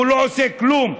והוא לא עושה כלום.